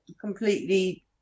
completely